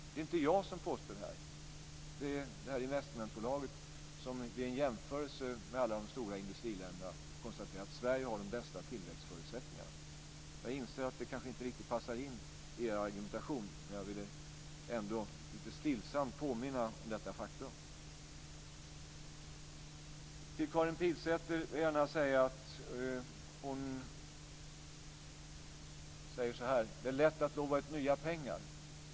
Det är inte jag som påstår det utan det är investmentbolaget som vid en jämförelse med alla de stora industriländerna konstaterar att Sverige har de bästa tillväxtförutsättningarna. Jag inser att det kanske inte riktigt passar in i er argumentation, men jag vill ändå lite stillsamt påminna om detta faktum. Karin Pilsäter säger att det är lätt att lova ut nya pengar.